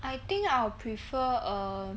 I think I'll prefer err